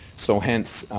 so, hence,